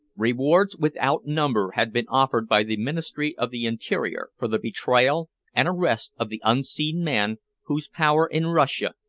rewards without number had been offered by the ministry of the interior for the betrayal and arrest of the unseen man whose power in russia,